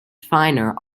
finer